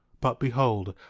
but behold,